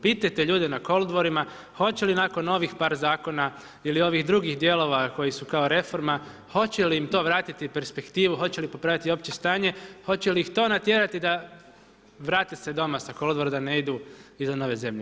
Pitajte ljude na kolodvorima, hoće li nakon ovih par zakona ili ovih drugih dijelova koji su kao reforma, hoće li im to vratiti perspektivu, hoće li popraviti opće stanje, hoće li ih to natjerati da vrate se doma sa kolodvora, da ne idu izvan ove zemlje.